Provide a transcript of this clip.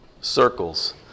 circles